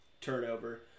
turnover